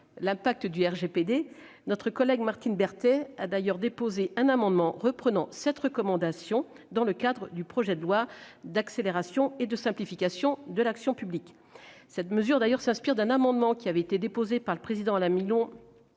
l'impact du RGPD, notre collègue Martine Berthet a d'ailleurs déposé un amendement reprenant cette recommandation dans le cadre du projet de loi d'accélération et de simplification de l'action publique. Cette mesure s'inspire d'un amendement déposé dans le cadre du